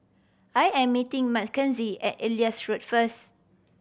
I am meeting Mackenzie at Elias Road first